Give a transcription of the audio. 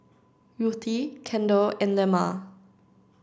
Ruthie Kendell and Lemma